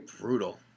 brutal